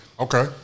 Okay